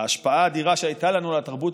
ההשפעה האדירה שהייתה לנו על התרבות